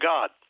God